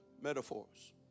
metaphors